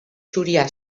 zuria